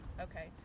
okay